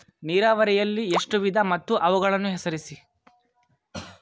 ನೀರಾವರಿಯಲ್ಲಿ ಎಷ್ಟು ವಿಧ ಮತ್ತು ಅವುಗಳನ್ನು ಹೆಸರಿಸಿ?